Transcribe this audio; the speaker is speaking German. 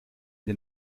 den